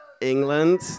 England